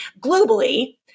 globally